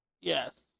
yes